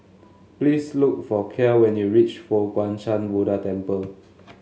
please look for Kiel when you reach Fo Guang Shan Buddha Temple